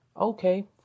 Okay